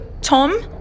Tom